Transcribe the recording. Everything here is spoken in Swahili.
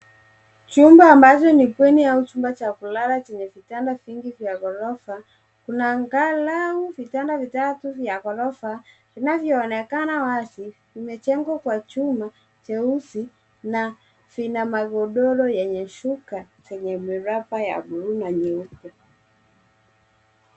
Chumba ambacho ni bweni au chumba cha kulala chenye vitanda vingi vya ghorofa. Kuna angalau vitanda vitatu vya ghorofa vinavyoonekana wazi. Vimejengwa kwa chuma nyeusi na vina magodoro yenye shuka zenye miraba ya bluu na nyeupe.